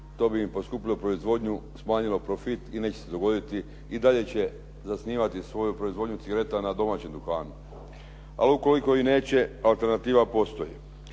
to bi im poskupilo proizvodnju, smanjilo profit i neće se dogoditi, i dalje će zasnivati svoju proizvodnju cigareta na domaćem duhanu. A i ukoliko neće alternativa postoji.